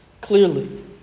Clearly